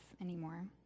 anymore